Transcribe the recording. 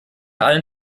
allen